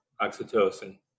oxytocin